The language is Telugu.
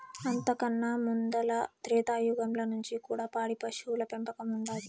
అంతకన్నా ముందల త్రేతాయుగంల నుంచి కూడా పాడి పశువుల పెంపకం ఉండాది